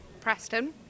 Preston